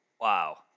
Wow